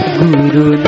Guru